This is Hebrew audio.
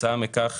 כתוצאה מכך